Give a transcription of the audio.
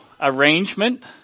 arrangement